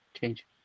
change